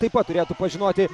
taip pat turėtų pažinoti